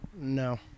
No